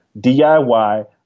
DIY